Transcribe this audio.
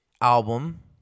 album